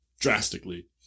drastically